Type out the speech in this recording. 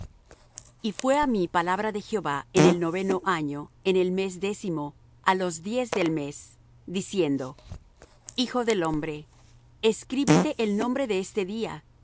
y fué á mí palabra de jehová en el noveno año en el mes décimo á los diez del mes diciendo hijo del hombre escríbete el nombre de este día